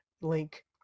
link